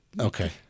Okay